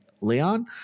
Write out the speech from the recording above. Leon